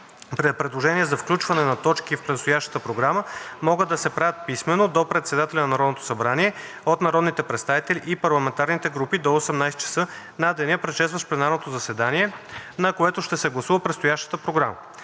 (3) Предложения за включване на точки в предстоящата програма могат да се правят писмено до председателя на Народното събрание от народните представители и парламентарните групи до 18,00 ч. на деня, предшестващ пленарното заседание, на което ще се гласува предстоящата програма.